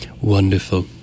wonderful